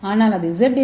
ஆனால் அது Z D